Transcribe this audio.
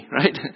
right